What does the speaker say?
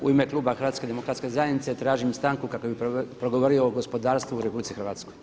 U ime kluba HDZ-a tražim stanku kako bih progovorio o gospodarstvu u RH.